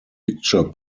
picture